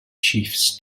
chiefs